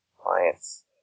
clients